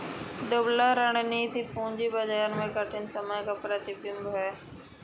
दुबला रणनीति पूंजी बाजार में कठिन समय का प्रतिबिंब है